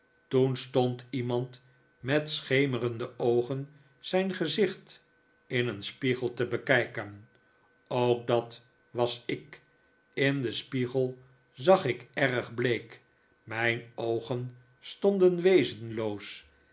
toen stond iemand met schemerende oogen zijn gezicht in een spiegel te bekijken ook dat was ik in den spiegel zag ik erg bleek mijn oogen stonden